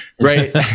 right